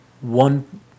one